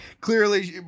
clearly